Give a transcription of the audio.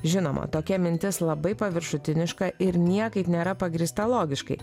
žinoma tokia mintis labai paviršutiniška ir niekaip nėra pagrįsta logiškai